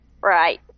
Right